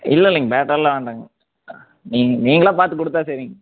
இல்லை இல்லைங்க பேட்டாவெலாம் வேண்டாங்க நீ நீங்களாக பார்த்து கொடுத்தா சரிங்க